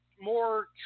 more